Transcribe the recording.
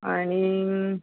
आणीक